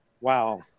wow